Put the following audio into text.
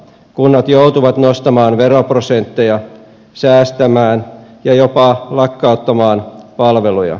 kunnat joutuvat nostamaan veroprosentteja säästämään ja jopa lakkauttamaan palveluja